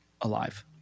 alive